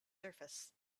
surface